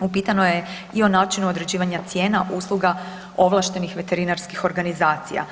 upitano je i o načinu određivanja cijena usluga ovlaštenih veterinarskih organizacija.